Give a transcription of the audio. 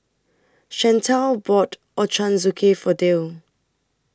Chantel bought Ochazuke For Dale